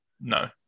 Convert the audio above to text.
No